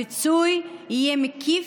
הפיצוי יהיה מקיף,